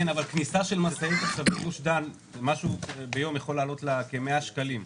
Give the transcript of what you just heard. כניסה של משאית לגוש דן יכולה לעלות כ-100 שקלים ליום.